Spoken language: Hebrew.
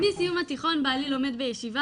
מסיום התיכון בעלי לומד בישיבה,